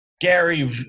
Gary